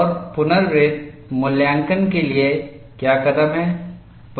और पुनरावृत्त मूल्यांकन के लिए क्या कदम हैं